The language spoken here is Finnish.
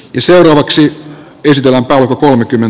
seuraavaksi kysellään kuten kymen